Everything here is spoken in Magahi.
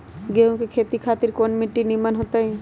गेंहू की खेती खातिर कौन मिट्टी निमन हो ताई?